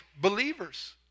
believers